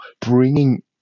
bringing